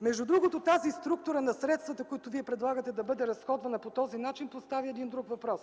Между другото, тази структура на средствата, която Вие предлагате да бъде разходвана по този начин, поставя един друг въпрос.